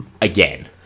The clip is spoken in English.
Again